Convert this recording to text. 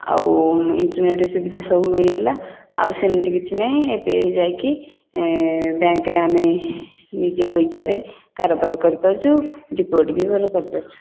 ଆଉ ଇଣ୍ଟରନେଟ୍ ସୁବିଧା ସବୁ ମିଳିଗଲା ଆଉ ସେମିତି କିଛି ନାଇଁ ଏବେ ଯାଇକି ବ୍ୟାଙ୍କରେ ଆମେ ନିଜ ଇଚ୍ଛାରେ କାରବାର କରିପାରୁଛୁ ଡିପୋଜିଟ୍ ବି ଭଲ କରିପାରୁଛୁ